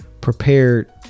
prepared